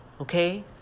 Okay